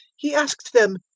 he asked them,